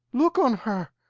look on her!